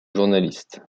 journaliste